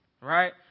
right